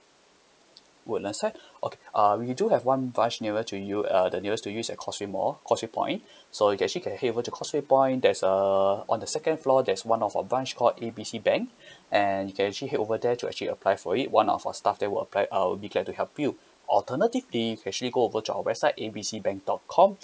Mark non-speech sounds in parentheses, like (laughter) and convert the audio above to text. woodlands side (breath) okay uh we do have one branch nearer to you uh the nearest to use at causeway mall causeway point (breath) so you actually can head over to causeway point there's uh on the second floor there's one of our branch called A B C bank (breath) and you can actually head over there to actually apply for it one of our staff there will apply uh will be glad to help you alternatively you can actually go over to our website A B C bank dot com